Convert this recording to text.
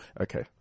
Okay